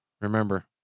Remember